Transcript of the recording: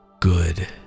Good